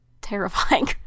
terrifying